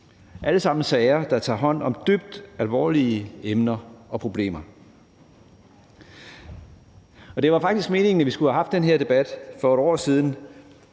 Alle sammen er sager, der tager hånd om dybt alvorlige emner og problemer. Det var faktisk meningen, at vi skulle have haft den her debat for et år siden